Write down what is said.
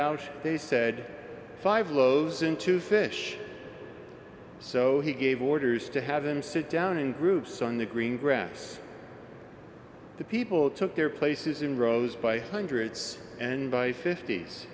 out they said five lows in two sesh so he gave orders to have him sit down in groups on the green grass the people took their places in rows by hundreds and by fifties